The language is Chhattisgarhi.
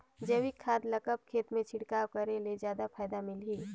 जैविक खाद ल कब खेत मे छिड़काव करे ले जादा फायदा मिलही?